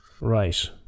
right